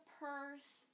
purse